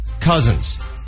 Cousins